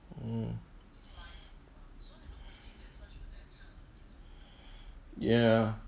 mm ya